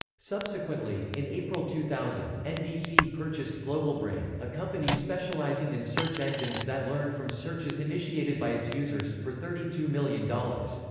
subsequently, in april two thousand, nbc purchased globalbrain, a company specializing in search engines that learned from searches initiated by its users, for thirty two million dollars.